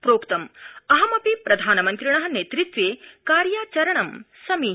प्रोक्तं अहमपि प्रधानमन्त्रिण नेतृत्वे कार्याचरणं समीहे